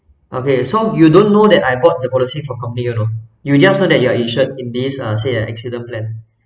okay so you don't know that I bought the policy from company you know you just know that you are insured in this uh say an accident plan